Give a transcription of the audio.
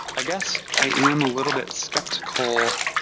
i guess i am a little bit skeptical.